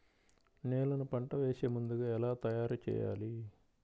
నేలను పంట వేసే ముందుగా ఎలా తయారుచేయాలి?